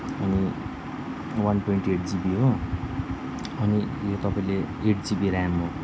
अनि one twenty eight GB हो अनि यो तपाईँले एट जिबी ऱ्याम हो